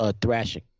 thrashing